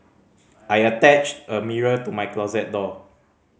I attached a mirror to my closet door